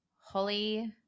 Holly